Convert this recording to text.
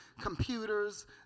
computers